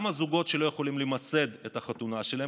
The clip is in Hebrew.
גם הזוגות שלא יכולים למסד את החתונה שלהם